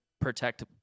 protect